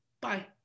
Bye